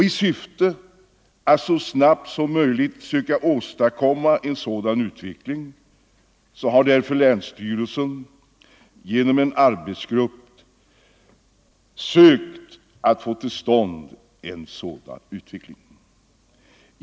I syfte att så snabbt som möjligt söka åstadkomma en sådan utveckling har länsstyrelsen därför tillsatt en arbetsgrupp.